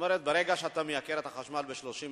כלומר ברגע שאתה מייקר את החשמל ב-30%,